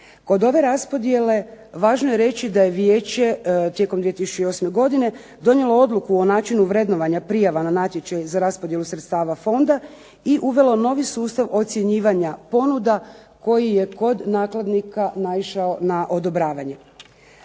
Kod ove raspodjele važno je reći da je vijeće tijekom 2008. godine donijelo odluku o načinu vrednovanja prijava na natječaj za raspodjelu sredstava fonda i uvelo novi sustav ocjenjivanja ponuda koji je kod nakladnika naišao na odobravanje.